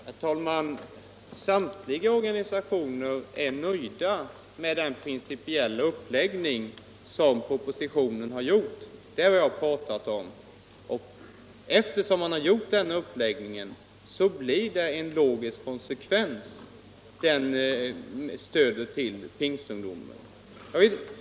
Herr talman! Samtliga organisationer är nöjda med den principiella uppläggningen i propositionen; det har jag talat om. Eftersom man har gjort denna uppläggning blir det en logisk konsekvens att det kommer att utgå stöd till pingströrelsens ungdom.